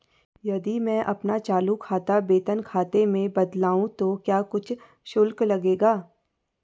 यदि मैं अपना चालू खाता वेतन खाते में बदलवाऊँ तो क्या कुछ शुल्क लगेगा?